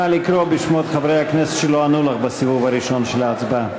נא לקרוא בשמות חברי הכנסת שלא ענו לך בסיבוב הראשון של ההצבעה.